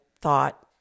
thought